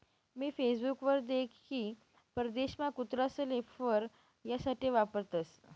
मी Facebook वर देख की परदेशमा कुत्रासले फर यासाठे वापरतसं